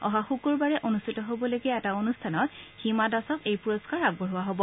অহা শুকুৰবাৰে অনুষ্ঠিত হ'বলগীয়া এটা অনুষ্ঠানত হিমা দাসক এই পুৰস্কাৰ আগবঢ়োৱা হ'ব